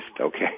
okay